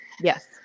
Yes